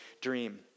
dream